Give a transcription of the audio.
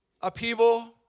upheaval